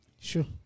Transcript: Sure